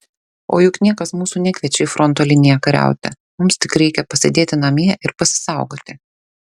o juk niekas mūsų nekviečia į fronto liniją kariauti mums tik reikia pasėdėti namie ir pasisaugoti